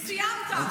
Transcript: סיימת.